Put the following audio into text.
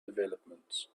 developments